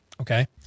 Okay